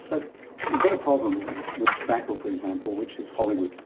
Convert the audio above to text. but you've got a problem with tobacco, for example, which is hollywood,